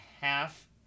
half